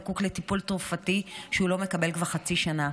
וזקוק לטיפול תרופתי שהוא לא מקבל כבר חצי שנה.